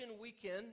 Weekend